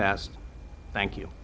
best thank you